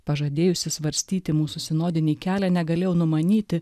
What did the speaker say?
pažadėjusi svarstyti mūsų sinodinį kelią negalėjau numanyti